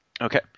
Okay